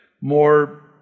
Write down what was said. more